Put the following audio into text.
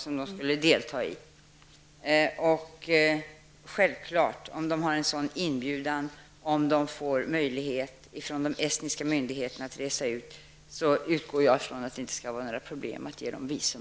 Om de har en sådan inbjudan och om de ges möjlighet av de estniska myndigheterna att resa ut, är det självklart att det inte skall vara något problem att ge dem visum.